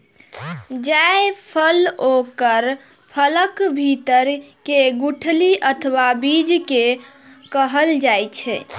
जायफल ओकर फलक भीतर के गुठली अथवा बीज कें कहल जाइ छै